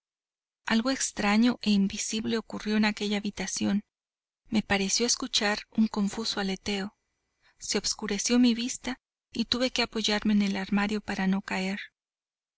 algo extraño e invisible ocurrió en aquella habitación me pareció escuchar un confuso aleteo se obscureció mi vista y tuve que apoyarme en el armario para no caer